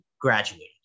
graduated